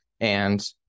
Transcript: and-